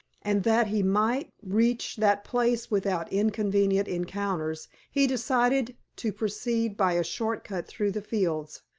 and that he might reach that place without inconvenient encounters, he decided to proceed by a short cut through the fields.